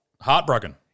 heartbroken